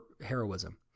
heroism